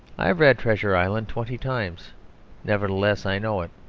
i have read treasure island twenty times nevertheless i know it.